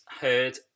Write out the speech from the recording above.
heard